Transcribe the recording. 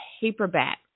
paperback